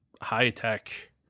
high-tech